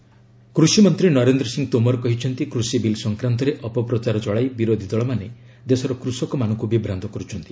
Tomar farm bill କୃଷି ମନ୍ତ୍ରୀ ନରେନ୍ଦ୍ର ସିଂହ ତୋମର କହିଛନ୍ତି କୃଷି ବିଲ୍ ସଂକ୍ରାନ୍ତରେ ଅପପ୍ରଚାର ଚଳାଇ ବିରୋଧୀ ଦଳମାନେ ଦେଶର କୃଷକମାନଙ୍କୁ ବିଭ୍ରାନ୍ତ କର୍ୁଛନ୍ତି